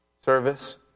service